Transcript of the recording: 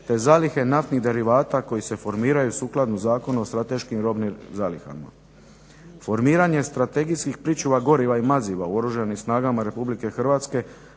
te zalihe naftnih derivata koji se formiraju sukladno Zakonu o strateškim robnim zalihama. Formiranje strategijskih pričuva goriva i maziva u Oružanim snagama Republike Hrvatske